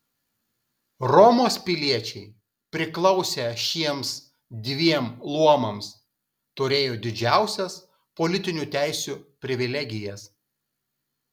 romos piliečiai priklausę šiems dviem luomams turėjo didžiausias politiniu teisių privilegijas